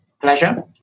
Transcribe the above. Pleasure